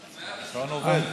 עובד.